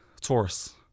Taurus